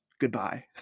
goodbye